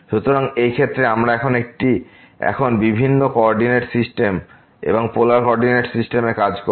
সুতরাং এই ক্ষেত্রে আমরা এখন বিভিন্ন কো অর্ডিনেট সিস্টেম এবং পোলার কো অর্ডিনেট সিস্টেম এ কাজ করব